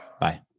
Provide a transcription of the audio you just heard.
Bye